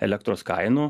elektros kainų